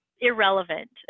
irrelevant